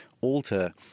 alter